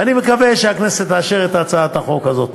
אני מקווה שהכנסת תאשר את הצעת החוק הזאת.